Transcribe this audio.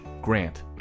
Grant